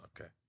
okay